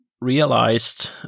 realized